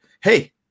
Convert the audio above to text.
hey